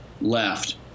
left